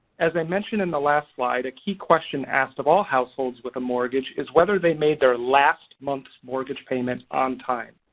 as i mentioned in the last slide a key question asked of all households with a mortgage is whether they made their last month's mortgage payment on time.